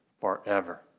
forever